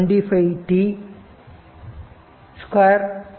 0125t2 e 20t 0